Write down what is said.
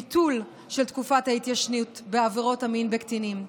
ביטול של תקופת ההתיישנות בעבירות המין בקטינים,